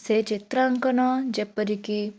ସେ ଚିତ୍ରାଙ୍କନ ଯେପରିକି